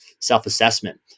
self-assessment